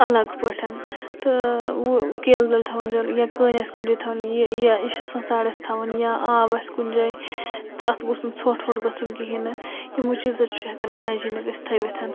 اَلگ پٲٹھۍ تہٕ کیلہٕ دٮ۪ل تھاوُن جَل یا کٔنۍ آسہِ کُنہِ جایہِ تھاوٕنۍ یہِ یا یہِ چھُ آسان سایڈَس تھاوُن یا آب آسہِ کُنہِ جایہِ تہٕ اَتھ گوٚژھ نہٕ ژھۄٹھ وۄٹھ گَژھُن کِہیٖنۍ نہٕ یِمو چیٖز چھُ ہٮ۪کان ہایجیٖنِک ٲسۍ تھٲوِتھ